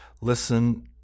Listen